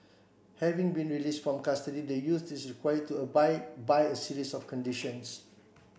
having been released from custody the youth is required to abide by a series of conditions